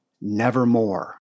nevermore